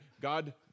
God